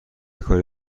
کاری